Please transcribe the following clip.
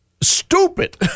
stupid